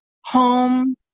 home